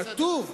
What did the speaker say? בסדר.